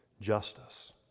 justice